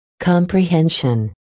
Comprehension